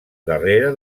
darrere